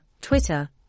Twitter